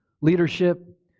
Leadership